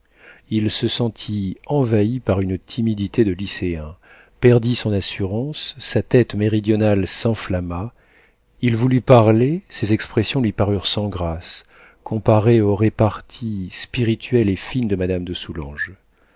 il se sentit envahi par une timidité de lycéen perdit son assurance sa tête méridionale s'enflamma il voulut parler ses expressions lui parurent sans grâce comparées aux reparties spirituelles et fines de madame de soulanges